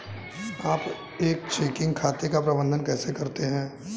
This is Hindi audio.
आप एक चेकिंग खाते का प्रबंधन कैसे करते हैं?